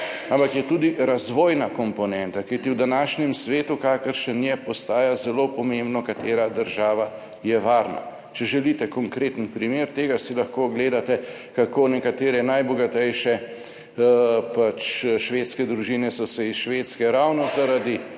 ampak je tudi razvojna komponenta, kajti v današnjem svetu kakršen je, postaja zelo pomembno katera država je varna. Če želite konkreten primer tega, si lahko ogledate, kako nekatere najbogatejše pač švedske družine, so se iz Švedske ravno zaradi